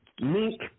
Link